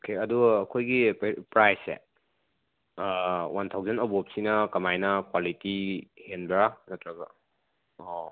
okay ꯑꯗꯣ ꯑꯩꯈꯣꯏꯒꯤ ꯄ꯭ꯔꯥꯏꯁꯁꯦ ꯋꯥꯟ ꯊꯥꯎꯖꯟ ꯑꯕꯕꯁꯤꯅ ꯀꯃꯥꯏꯅ ꯀ꯭ꯋꯥꯂꯤꯇꯤ ꯍꯦꯟꯕ꯭ꯔꯥ ꯅꯠꯇ꯭ꯔꯒ